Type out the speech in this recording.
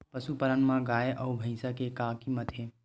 पशुपालन मा गाय अउ भंइसा के का कीमत हे?